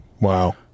Wow